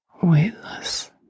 weightless